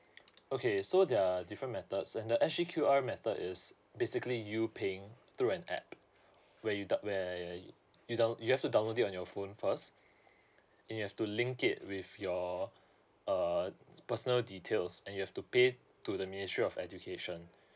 okay so there are different methods and the actually Q_R method is basically you paying through an app where you down where you download you have to download it on your phone first and you have to link it with your uh personal details and you have to pay to the ministry of education